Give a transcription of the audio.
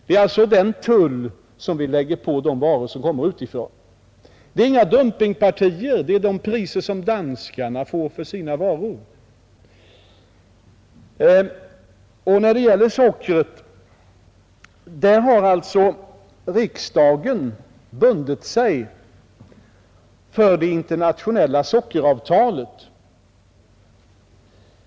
Det är alltså den tull som vi lägger på de varor som kommer utifrån. Det är inga dumpingpartier, utan det är de priser danskarna får för sina varor. När det gäller sockret har riksdagen bundit sig för det internationella sockeravtalet.